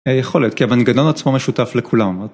יכול להיות כי המנגנון עצמו משותף לכולם.